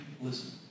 Listen